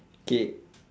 okay